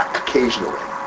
occasionally